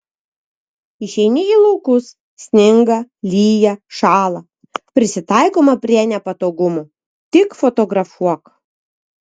išeini į laukus sninga lyja šąla prisitaikoma prie nepatogumų tik fotografuok